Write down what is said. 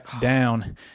down